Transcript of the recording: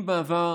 אם בעבר,